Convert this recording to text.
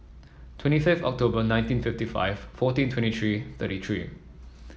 twenty fifth October nineteen fifty five fourteen twenty three thirty three